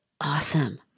awesome